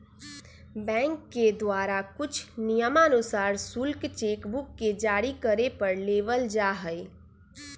bank के द्वारा कुछ नियमानुसार शुल्क चेक बुक के जारी करे पर लेबल जा हई